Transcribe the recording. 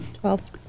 Twelve